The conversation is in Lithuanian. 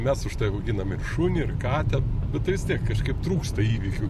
mes už tai auginam ir šunį ir katę bet tai vis tiek kažkaip trūksta įvykių